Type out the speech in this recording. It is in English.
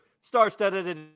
star-studded